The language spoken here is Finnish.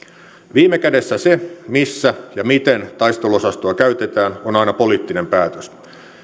viime kädessä se missä ja miten taisteluosastoa käytetään on aina poliittinen päätös